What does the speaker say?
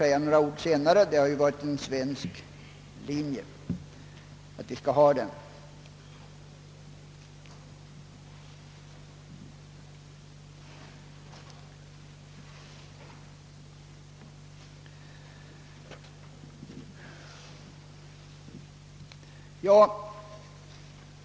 Att motprestation skall krävas har också varit en svensk linje, och jag skall återkomma härtill senare.